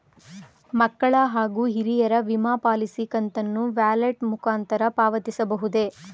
ಮಕ್ಕಳ ಹಾಗೂ ಹಿರಿಯರ ವಿಮಾ ಪಾಲಿಸಿ ಕಂತನ್ನು ವ್ಯಾಲೆಟ್ ಮುಖಾಂತರ ಪಾವತಿಸಬಹುದೇ?